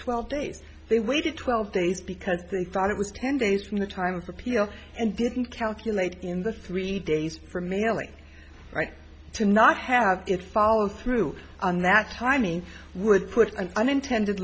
twelve days they waited twelve days because they thought it was ten days from the time for appeal and didn't calculate in the three days for mailing right to not have it follow through on that timing would put an unintended